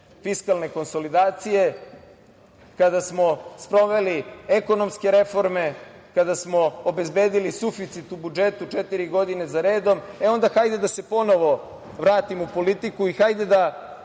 fiskalne konsolidacije, kada smo sproveli ekonomske reforme, kada smo obezbedili suficit u budžetu četiri godine za redom, onda hajde da se ponovo vratim u politiku i hajde da